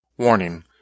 Warning